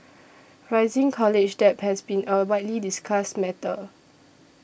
rising college debt has been a widely discussed matter